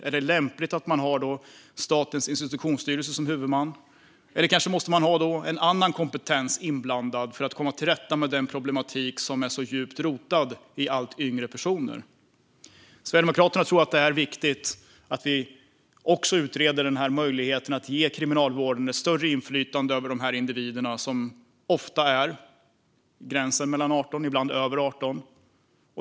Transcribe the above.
Är det lämpligt att man har Statens institutionsstyrelse som huvudman? Eller måste man kanske ha annan kompetens inblandad för att komma till rätta med den problematik som är så djupt rotad i allt yngre personer? Sverigedemokraterna tror att det är viktigt att vi utreder möjligheten att ge Kriminalvården större inflytande över de här individerna, som ofta är på 18-årsgränsen och ibland över 18.